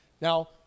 Now